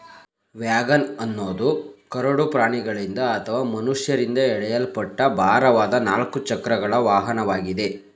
wagon ಅನ್ನೋದು ಕರಡು ಪ್ರಾಣಿಗಳಿಂದ ಅಥವಾ ಮನುಷ್ಯರಿಂದ ಎಳೆಯಲ್ಪಟ್ಟ ಭಾರವಾದ ನಾಲ್ಕು ಚಕ್ರಗಳ ವಾಹನವಾಗಿದೆ